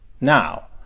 now